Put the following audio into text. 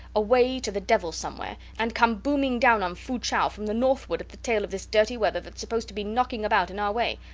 away to the devil somewhere, and come booming down on fu-chau from the northward at the tail of this dirty weather thats supposed to be knocking about in our way.